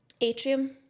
Atrium